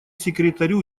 секретарю